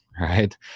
right